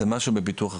זה משהו בפיתוח עכשיו.